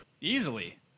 Easily